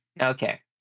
Okay